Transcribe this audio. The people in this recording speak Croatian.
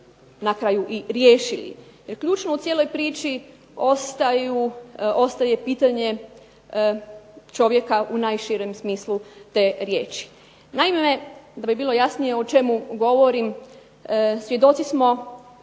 na kraju i riješili, jer ključno u cijeloj priči ostaje pitanje čovjeka u najširem smislu te riječi. Naime da bi bilo jasnije o čemu govorim, svjedoci smo